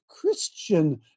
Christian